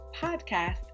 podcast